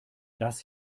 das